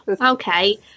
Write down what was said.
Okay